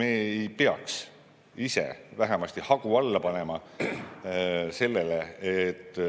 me ei peaks vähemasti ise hagu alla panema sellele, et